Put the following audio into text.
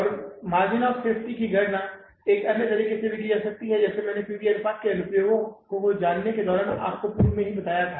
और margin of safety की गणना एक अन्य तरीके से भी की जा सकती है जैसा कि मैंने पी वी अनुपात के अनुप्रयोगों को जानने के दौरान आपको पूर्व में बताया था